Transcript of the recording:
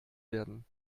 werden